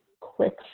quick